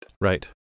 Right